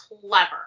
clever